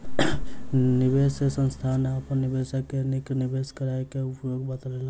निवेश संस्थान अपन निवेशक के नीक निवेश करय क उपाय बतौलक